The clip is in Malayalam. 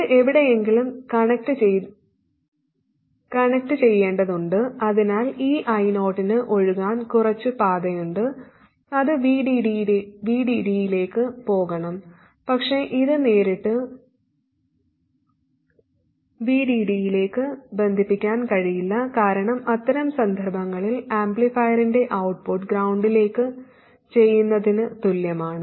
ഇത് എവിടെയെങ്കിലും കണക്റ്റുചെയ്യേണ്ടതുണ്ട് അതിനാൽ ഈ I0 ന് ഒഴുകാൻ കുറച്ച് പാതയുണ്ട് അത് VDD യിലേക്ക് പോകണം പക്ഷേ ഇത് നേരിട്ട് VDD യിലേക്ക് ബന്ധിപ്പിക്കാൻ കഴിയില്ല കാരണം അത്തരം സന്ദർഭങ്ങളിൽ ആംപ്ലിഫയറിന്റെ ഔട്ട്പുട്ട് ഗ്രൌണ്ട്ലേക്ക് ചെയ്യുന്നതിന് തുല്യമാണ്